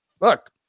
look